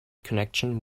connection